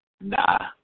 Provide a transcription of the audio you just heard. Nah